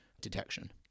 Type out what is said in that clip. detection